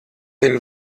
den